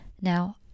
Now